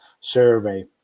survey